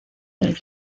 del